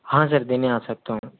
हाँ सर देने आ सकता हूँ